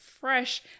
fresh